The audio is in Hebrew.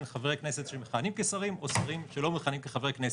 חברי כנסת שמכהנים כשרים או שרים שלא מכהנים כחברי כנסת.